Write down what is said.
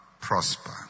prosper